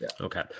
Okay